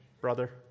brother